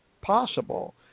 possible